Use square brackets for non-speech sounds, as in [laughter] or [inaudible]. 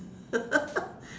[laughs]